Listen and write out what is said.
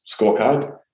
scorecard